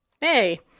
Hey